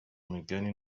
migani